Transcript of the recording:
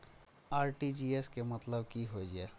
RTGS के मतलब की होय ये?